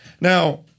Now